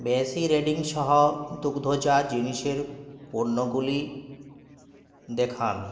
বেশি রেটিংসহ দুগ্ধজাত জিনিসের পণ্যগুলি দেখান